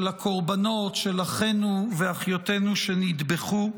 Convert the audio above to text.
של הקורבנות, של אחינו ואחיותינו שנטבחו,